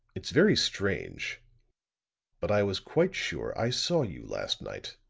it's very strange but i was quite sure i saw you last night.